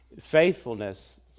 Faithfulness